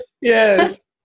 Yes